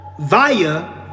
via